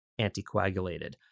anticoagulated